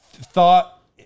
thought